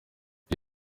iri